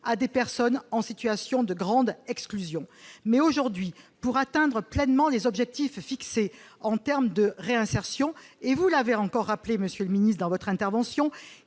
à des personnes en situation de grande exclusion mais aujourd'hui pour atteindre pleinement les objectifs fixés en termes de réinsertion et vous l'avez encore rappelé : Monsieur le Ministre dans votre intervention,